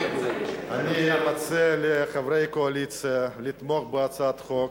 אני מציע לחברי הקואליציה לתמוך בהצעת החוק.